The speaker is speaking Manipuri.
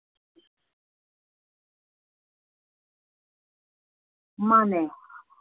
ꯀꯟꯇ꯭ꯔꯤꯕ꯭ꯌꯨꯁꯟꯗꯤ ꯀꯌꯥ ꯀꯌꯥꯅꯣ ꯑꯗꯨꯝ ꯇꯧꯔ ꯂꯣꯏꯔꯦ ꯀꯩꯅꯣ ꯑꯩꯈꯣꯏ ꯃꯔꯛꯇ ꯑꯩꯈꯣꯏ ꯃꯁꯦꯜꯗꯕꯨ ꯑꯗꯨꯒꯤꯕꯨ ꯃꯟꯇꯤꯛꯅꯈꯤꯗ꯭ꯔꯣ ꯑꯃꯨꯛ